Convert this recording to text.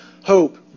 hope